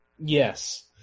Yes